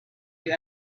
you